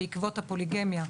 בעקבות הפוליגמיה,